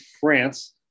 France